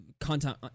content